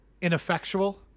ineffectual